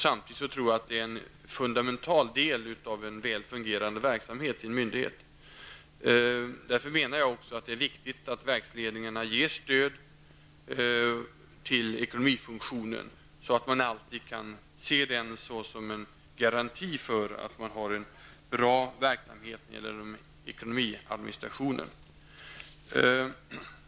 Samtidigt tror jag att det är en fundamental del av en väl fungerande verksamhet för myndigheten. Därför är det viktigt att verksledningarna ges stöd till ekonomifunktionen, så att man alltid kan se den såsom en garanti för att man har en bra verksamhet inom ekonomiadministrationen.